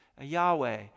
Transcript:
Yahweh